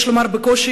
יש לומר בקושי,